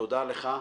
תודה לך.